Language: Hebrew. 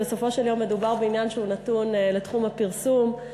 בסופו של יום מדובר בעניין שנתון לתחום הפרסום,